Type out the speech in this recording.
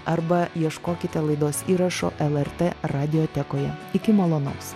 arba ieškokite laidos įrašo lrt radiotekoje iki malonaus